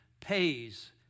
pays